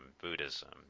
Buddhism